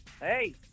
Hey